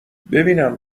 ببینم